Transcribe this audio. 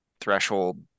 threshold